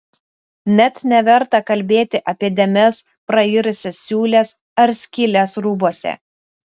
net neverta kalbėti apie dėmes prairusias siūles ar skyles rūbuose